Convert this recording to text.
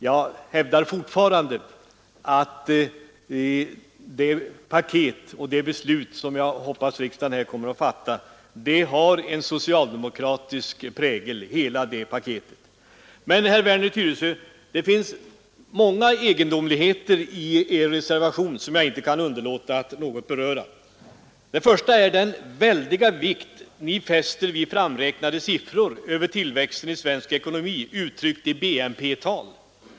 Jag hävdar fortfarande att det paket som framlagts och som jag hoppas att riksdagen kommer att fatta beslut om har ett socialdemokratiskt innehåll. Men, herr Werner, i er reservation finns många egendomligheter, som jag inte kan underlåta att något beröra. Det första är den stora vikt ni fäster vid framräknade siffror över tillväxten i svensk ekonomi uttryckt i BNP-tal.